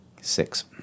six